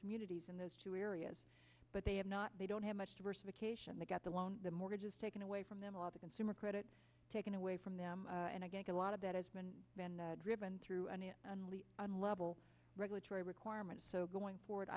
communities in those two areas but they have not they don't have much diversification they got the loan the mortgages taken away from them a lot of consumer credit taken away from them and again a lot of that has been driven through an unlevel regulatory requirement so going for